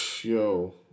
Yo